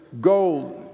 gold